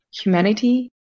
humanity